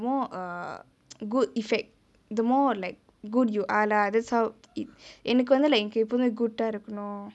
more err good effect the more like good you are lah that's how it எனக்கு வந்து:enaku vanthu like எனக்கு எப்புயுமே:enaku eppoyumae good டா இருக்கனோ:da irukano